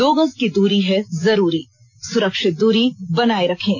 दो गज की दूरी है जरूरी सुरक्षित दूरी बनाए रखें